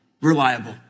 reliable